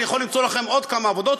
אני יכול למצוא לכם עוד כמה עבודות,